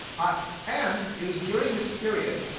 but and it was during this period,